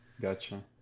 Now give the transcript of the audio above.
gotcha